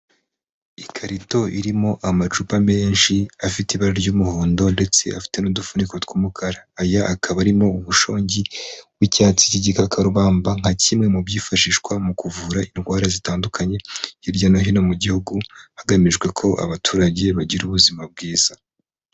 Ikarito irimo amacupa menshi afite ibara ry'umuhondo ndetse afite n'udufuniko tw'umukara, aya akaba arimo umushongi w'icyatsi cy'igikakarubamba nka kimwe mu byifashishwa mu kuvura indwara zitandukanye hirya no hino mu gihugu hagamijwe ko abaturage bagira ubuzima bwiza.